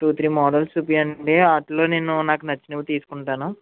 two three models చూపించండి వాటిలో నేను నాకు నచ్చినవి తీసుకుంటాను